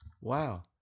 wow